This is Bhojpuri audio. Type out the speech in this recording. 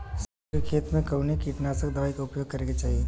सरसों के खेत में कवने कीटनाशक दवाई क उपयोग करे के चाही?